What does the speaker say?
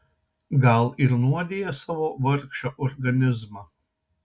gal ir nuodija savo vargšą organizmą